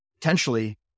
potentially